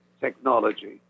technology